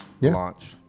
launch